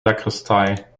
sakristei